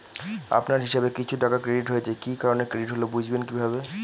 আপনার হিসাব এ কিছু টাকা ক্রেডিট হয়েছে কি কারণে ক্রেডিট হল বুঝবেন কিভাবে?